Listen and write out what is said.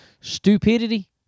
stupidity